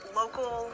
local